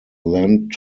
lent